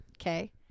okay